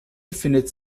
befindet